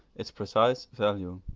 its precise value.